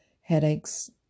headaches